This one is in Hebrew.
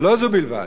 ולא זו בלבד,